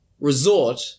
resort